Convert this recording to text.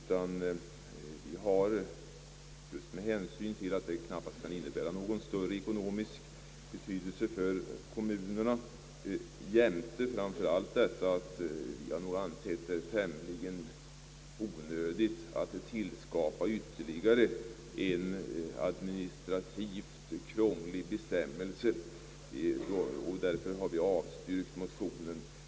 Men vi har just med hänsyn till att frågan knappast kan ha någon större ekonomisk betydelse för kommunerna och till att vi ansett det tämligen onödigt att tillskapa ytterligare en administrativt krånglig bestämmelse avstyrkt motionerna.